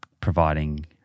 providing